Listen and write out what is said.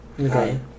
Okay